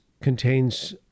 contains